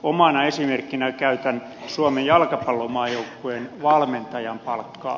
omana esimerkkinäni käytän suomen jalkapallomaajoukkueen valmentajan palkkaa